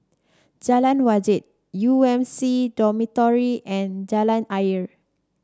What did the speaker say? Jalan Wajek U M C Dormitory and Jalan Ayer